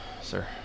sir